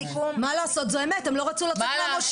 מה לעשות, זו אמת, הם לא רצו לצאת מהמושבים.